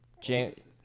James